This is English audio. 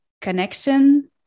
connection